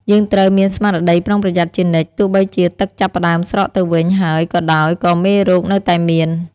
យើងត្រូវមានស្មារតីប្រុងប្រយ័ត្នជានិច្ចទោះបីជាទឹកចាប់ផ្តើមស្រកទៅវិញហើយក៏ដោយក៏មេរោគនៅតែមាន។